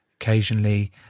occasionally